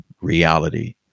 reality